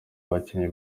bakinnyi